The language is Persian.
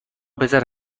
پسر